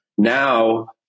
Now